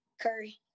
Curry